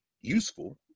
useful